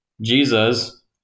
Jesus